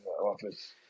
office